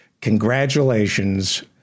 Congratulations